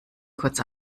kurz